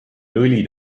õli